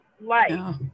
life